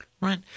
right